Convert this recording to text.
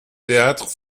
théâtre